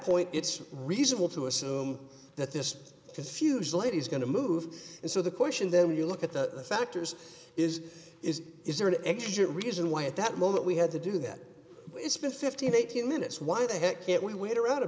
point it's reasonable to assume that this confusion lady's going to move and so the question then you look at the factors is is is there an exit reason why at that moment we had to do that it's been fifteen eighteen minutes why the heck it we wait around a